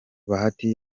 bahati